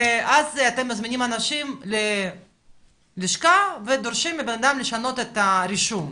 ואז אתם מזמינים אנשים ללשכה ודורשים מבן אדם לשנות את הרישום.